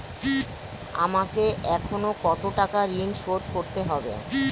আমাকে এখনো কত টাকা ঋণ শোধ করতে হবে?